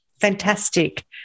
fantastic